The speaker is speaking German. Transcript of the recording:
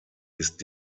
ist